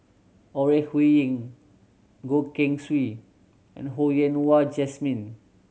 Ore Huiying Goh Keng Swee and Ho Yen Wah Jesmine